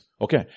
Okay